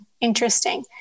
interesting